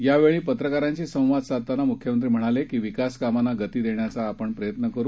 यावेळी पत्रकारांशी संवाद साधताना मुख्यमंत्री म्हणाले की विकासकामांना गती देण्याचा प्रयत्न करू